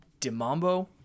dimambo